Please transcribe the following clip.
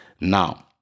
now